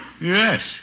Yes